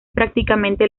prácticamente